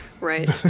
Right